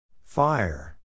Fire